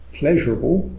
pleasurable